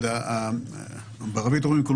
הוא לא